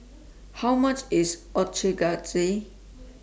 How much IS Ochazuke